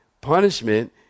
Punishment